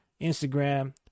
Instagram